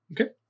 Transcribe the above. Okay